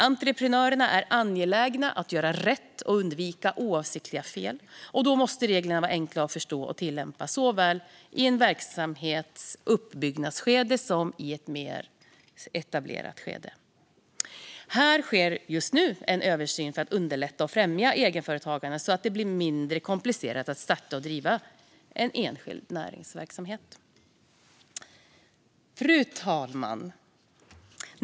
Entreprenörerna är angelägna om att göra rätt och undvika oavsiktliga fel, och då måste reglerna vara enkla att förstå och tillämpa, såväl i en verksamhets uppbyggnadsskede som i ett mer etablerat skede. Här sker just nu en översyn för att underlätta och främja egenföretagande så att det blir mindre komplicerat att starta och driva en enskild näringsverksamhet. Fru talman!